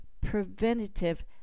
preventative